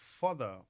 further